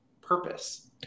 purpose